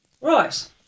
Right